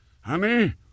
Honey